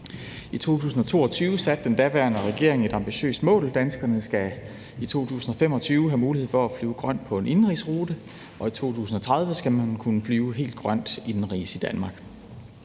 I 2022 satte den daværende regering et ambitiøst mål: Danskerne skal i 2025 have mulighed for at flyve grønt på en indenrigsrute, og i 2030 skal man kunne flyve helt grønt indenrigs i Danmark.